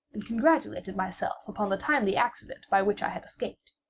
and congratulated myself upon the timely accident by which i had escaped.